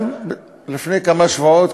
גם לפני כמה שבועות,